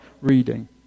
reading